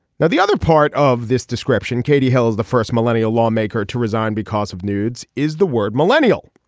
now the other part of this description katie hill is the first millennial lawmaker to resign because of nudes is the word millennial.